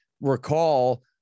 recall